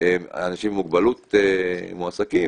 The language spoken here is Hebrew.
אנשים עם מוגבלות מועסקים,